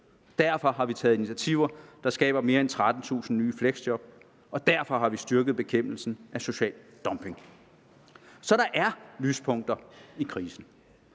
derfor har vi taget initiativer, der skaber mere end 13.000 nye fleksjob, og derfor har vi styrket bekæmpelsen af social dumping. Så der er lyspunkter i krisen.